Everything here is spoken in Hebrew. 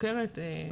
6,